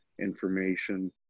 information